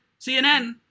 CNN